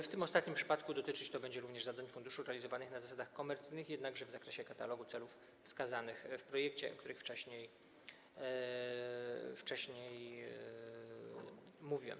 W ostatnim przypadku dotyczyć będzie to również zadań funduszu realizowanych na zasadach komercyjnych, jednak w zakresie katalogu celów wskazanych w projekcie, o których wcześniej mówiłem.